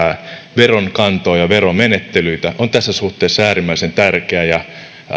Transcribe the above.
veronkantoa ja veromenettelyitä on tässä suhteessa äärimmäisen tärkeä ja